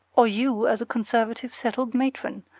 or you as a conservative settled matron,